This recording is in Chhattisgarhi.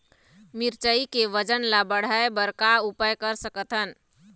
मिरचई के वजन ला बढ़ाएं बर का उपाय कर सकथन?